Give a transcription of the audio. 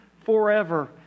forever